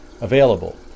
available